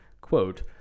quote